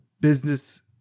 business